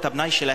את הפנאי שלהם,